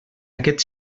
aquest